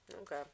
Okay